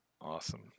Awesome